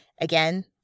Again